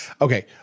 okay